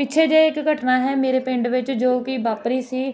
ਪਿੱਛੇ ਜਿਹੇ ਇੱਕ ਘਟਨਾ ਹੈ ਮੇਰੇ ਪਿੰਡ ਵਿੱਚ ਜੋ ਕਿ ਵਾਪਰੀ ਸੀ